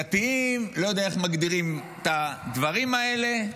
דתיים, לא יודע איך מגדירים את הדברים האלה,